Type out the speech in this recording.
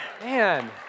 Man